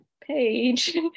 page